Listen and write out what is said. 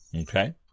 okay